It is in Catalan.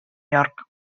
york